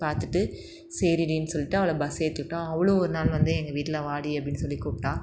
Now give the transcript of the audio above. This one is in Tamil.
பார்த்துட்டு சரிடினு சொல்லிவிட்டு அவளை பஸ் ஏற்றிவிட்டேன் அவளும் ஒரு நாள் வந்து எங்கள் வீட்டில் வாடி அப்படின்னு சொல்லி கூப்பிட்டா